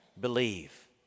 believe